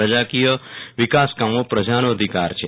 પ્રજાકીય વિકાસકામો પ્રજાનો અધિકાર છે